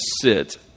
sit